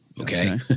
okay